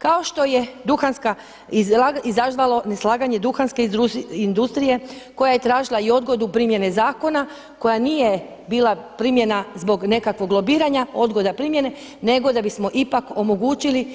Kao što je izazvalo neslaganje duhanske industrije koja je tražila i odgodu primjene zakona koja nije bila primjena zbog nekakvog lobiranja odgoda primjene nego da bismo ipak omogućili